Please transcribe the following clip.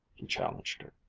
he challenged her.